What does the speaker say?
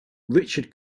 richard